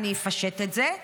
אני אפשט את זה,